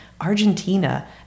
Argentina